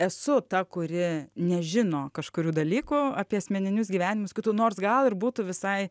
esu ta kuri nežino kažkurių dalykų apie asmeninius gyvenimus kitų nors gal ir būtų visai